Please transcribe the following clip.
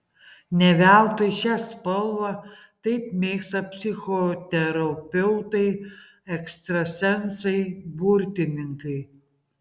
ne veltui šią spalvą taip mėgsta psichoterapeutai ekstrasensai burtininkai